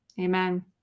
Amen